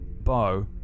Bo